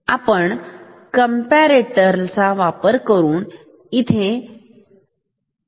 तरआपण कमपारेटर वापरू शकतो